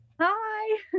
Hi